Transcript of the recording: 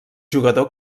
jugador